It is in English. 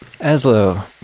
Aslo